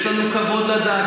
יש לנו כבוד לדת.